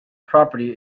property